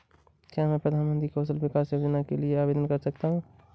क्या मैं प्रधानमंत्री कौशल विकास योजना के लिए आवेदन कर सकता हूँ?